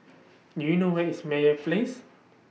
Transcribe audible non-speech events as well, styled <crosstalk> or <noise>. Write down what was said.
<noise> Do YOU know Where IS Meyer Place